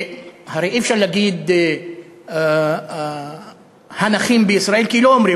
הרי אי-אפשר להגיד "הנכים בישראל", כי לא אומרים.